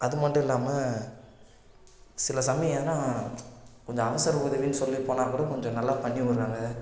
அது மட்டும் இல்லாமல் சில சமயம் எதுன்னால் கொஞ்சம் அவசர உதவின்னு சொல்லிப்போனால் கூட கொஞ்சம் நல்லா பண்ணி விட்றாங்க